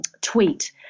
tweet